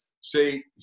say